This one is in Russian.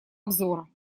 обзора